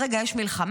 כרגע יש מלחמה.